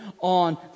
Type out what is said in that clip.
on